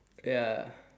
ya